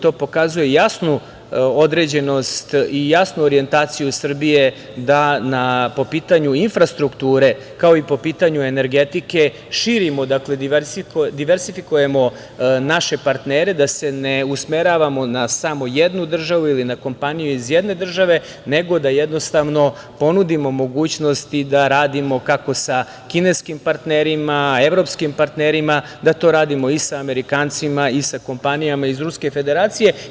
To pokazuje jasnu određenost i jasnu orijentaciju Srbije da po pitanju infrastrukture, kao i po pitanju energetike širimo, dakle, diversifikujemo naše partnere da se ne usmeravamo na samo jednu državu ili na kompaniju iz jedne države, nego da jednostavno ponudimo mogućnosti da radimo kako sa kineskim partnerima, evropskim partnerima, da to radimo i sa Amerikancima i sa kompanijama iz Ruske Federacije.